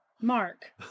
Mark